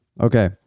Okay